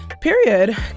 period